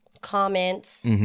comments